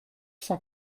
cent